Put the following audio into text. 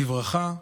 בברכה,